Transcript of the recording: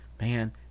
Man